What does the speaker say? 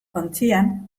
ontzian